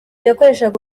yakoreshaga